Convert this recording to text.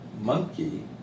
monkey